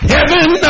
Heaven